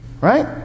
right